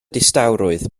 distawrwydd